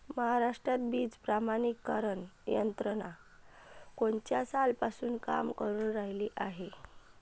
महाराष्ट्रात बीज प्रमानीकरण यंत्रना कोनच्या सालापासून काम करुन रायली हाये?